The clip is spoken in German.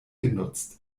genutzt